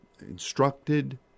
instructed